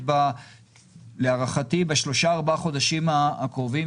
להערכתי בשלושת-ארבעת החודשים הקרובים,